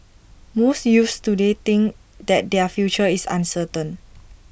most youths today think that their future is uncertain